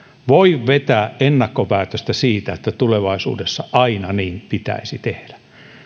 voi vetää ennakkopäätöstä siitä että tulevaisuudessa aina niin pitäisi tehdä